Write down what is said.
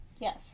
Yes